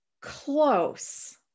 Close